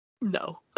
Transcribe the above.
no